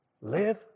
Live